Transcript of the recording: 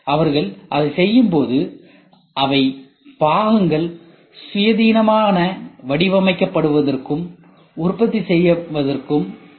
அவர்கள் அதை செய்யும்போது அவை பாகங்களை சுயாதீனமாக வடிவமைக்கப்படுவதற்கும் உற்பத்தி செய்வதற்கும் உதவும்